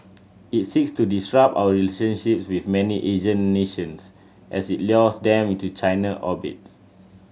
it seeks to disrupt our relationships with many Asian nations as it lures them into China's orbit